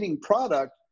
product